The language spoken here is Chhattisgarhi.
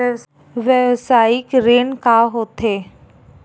व्यवसायिक ऋण का होथे?